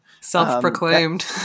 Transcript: Self-proclaimed